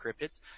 cryptids